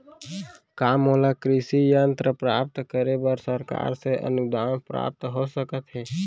का मोला कृषि यंत्र प्राप्त करे बर सरकार से अनुदान प्राप्त हो सकत हे?